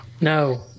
No